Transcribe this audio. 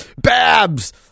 Babs